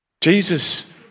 Jesus